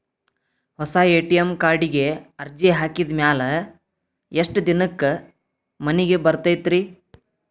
ಹೊಸಾ ಎ.ಟಿ.ಎಂ ಕಾರ್ಡಿಗೆ ಅರ್ಜಿ ಹಾಕಿದ್ ಮ್ಯಾಲೆ ಎಷ್ಟ ದಿನಕ್ಕ್ ಮನಿಗೆ ಬರತೈತ್ರಿ?